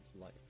life